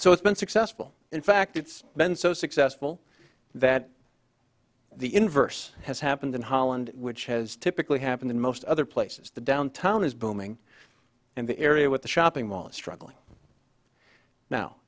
so it's been successful in fact it's been so successful that the inverse has happened in holland which has typically happened in most other places the downtown is booming and the area with the shopping mall a struggle now